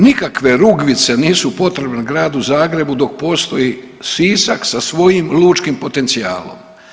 Nikakve Rugvice nisu potrebne gradu Zagrebu dok postoji Sisak sa svojim lučkim potencijalnom.